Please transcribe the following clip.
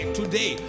today